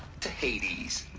to hades!